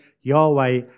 Yahweh